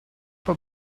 but